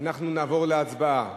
אנחנו נעבור להצבעה,